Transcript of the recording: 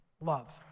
Love